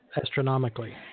astronomically